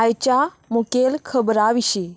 आयच्या मुखेल खबरां विशीं